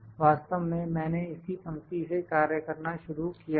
वास्तव में मैंने इसी पंक्ति से कार्य करना शुरू किया था